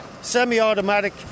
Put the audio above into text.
Semi-automatic